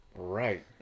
Right